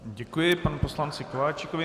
Děkuji panu poslanci Kováčikovi.